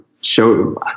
show